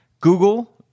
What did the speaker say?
Google